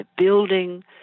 building